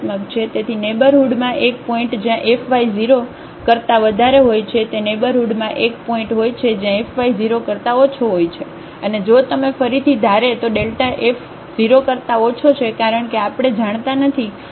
તેથી નેઇબરહુડમાં એક પોઇન્ટ જ્યાં fy 0 કરતા વધારે હોય છે તે નેઇબરહુડમાં એક પોઇન્ટ હોય છે જ્યાં fy 0 કરતા ઓછો હોય અને જો તમે ફરીથી ધારે તો f 0 કરતા ઓછો છે કારણ કે આપણે જાણતા નથી કે આ પોઇન્ટએ શું છે તે a b